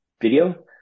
video